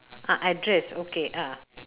ah address okay ah